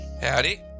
Howdy